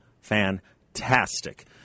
fantastic